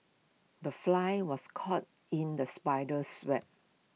the fly was caught in the spider's web